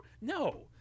No